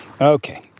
Okay